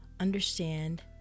understand